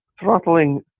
throttling